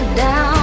down